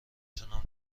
تونم